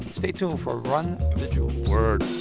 stay tuned for run the jewels word